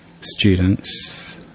students